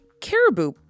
caribou